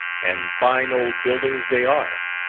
and fine old buildings they are